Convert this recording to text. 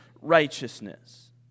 righteousness